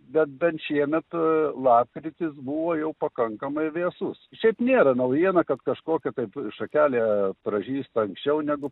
bet bent šiemet a lapkritis buvo jau pakankamai vėsus šiaip nėra naujiena kad kažkokia taip šakelė pražysta anksčiau negu